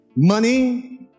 Money